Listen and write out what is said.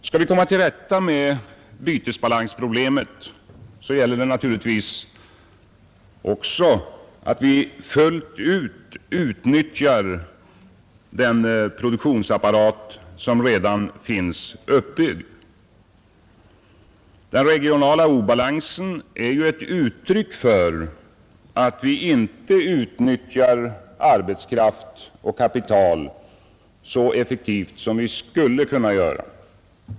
Skall vi komma till rätta med bytesbalansproblemet, är det naturligtvis också nödvändigt att vi fullt ut utnyttjar den produktionsapparat som redan finns uppbyggd. Den regionala obalansen är ju ett uttryck för att vi inte utnyttjar arbetskraft och kapital så effektivt som vi skulle kunna göra.